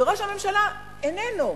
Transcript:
וראש הממשלה איננו,